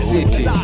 City